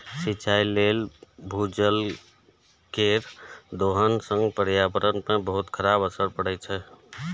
सिंचाइ लेल भूजल केर दोहन सं पर्यावरण पर बहुत खराब असर पड़ै छै